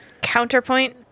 Counterpoint